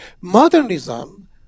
modernism